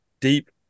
deep